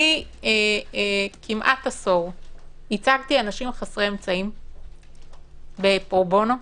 אני כמעט עשור ייצגתי אנשים חסרי אמצעים בפרו בונו.